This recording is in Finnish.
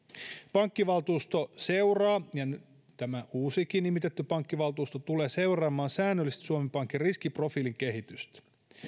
pankkivaltuusto seuraa ja tämä uusikin nimitetty pankkivaltuusto tulee seuraamaan säännöllisesti suomen pankin riskiprofiilin kehitystä